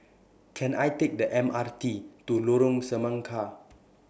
Can I Take The M R T to Lorong Semangka